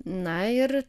na ir